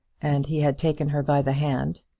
and he had taken her by the hand.